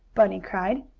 bunny cried.